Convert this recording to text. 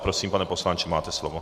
Prosím, pane poslanče, máte slovo.